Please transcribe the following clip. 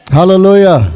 Hallelujah